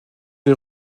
des